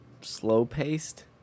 slow-paced